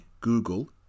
Google